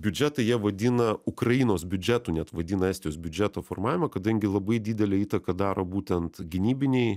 biudžetą jie vadina ukrainos biudžetu net vadina estijos biudžeto formavimą kadangi labai didelę įtaką daro būtent gynybiniai